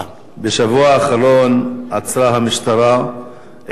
בשבוע האחרון עצרה המשטרה עיתונאים